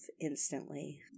instantly